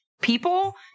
people